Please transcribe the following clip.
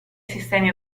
sistemi